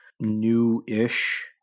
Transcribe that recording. new-ish